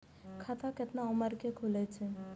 खाता केतना उम्र के खुले छै?